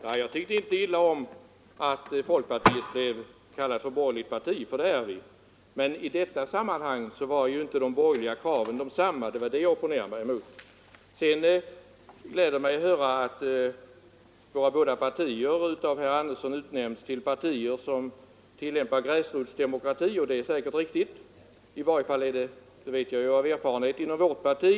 Herr talman! Jag tycker inte illa om att folkpartiet kallas för ett borgerligt parti, för det är det. Men i detta sammanhang var inte de borgerliga kraven desamma, och det var därför jag opponerade mig. Det gläder mig att höra att våra båda partier av herr Sivert Andersson utnämns till partier som tillämpar gräsrotsdemokrati. Det är säkert riktigt, i varje fall vet jag av erfarenhet att vi gör det inom vårt parti.